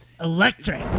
electric